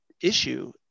issue